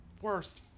worst